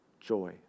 joy